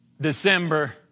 December